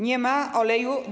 Nie ma oleju.